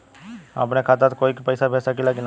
हम अपने खाता से कोई के पैसा भेज सकी ला की ना?